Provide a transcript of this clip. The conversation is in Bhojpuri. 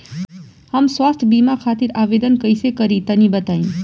हम स्वास्थ्य बीमा खातिर आवेदन कइसे करि तनि बताई?